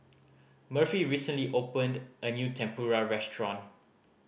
Murphy recently opened a new Tempura restaurant